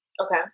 Okay